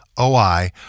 OI